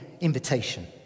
invitation